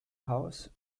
house